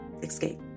Escape